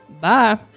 Bye